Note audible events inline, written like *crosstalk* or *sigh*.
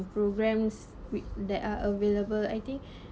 programs with that are available I think *breath*